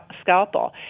scalpel